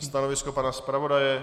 Stanovisko pana zpravodaje?